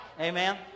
Amen